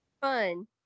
fun